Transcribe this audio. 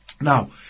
Now